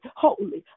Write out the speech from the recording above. holy